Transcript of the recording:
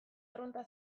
arrunta